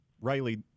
Riley